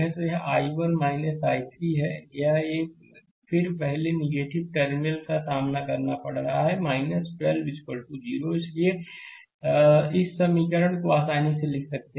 तो यह I1 है I3 यह एक फिर पहले नेगेटिव टर्मिनल का सामना करना पड़ रहा है 12 0 इसलिए इस समीकरण को आसानी से लिख सकता है